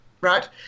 Right